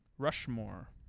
Rushmore